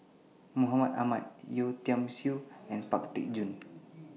Mohammed Ahmad Yeo Tiam Siew and Pang Teck Joon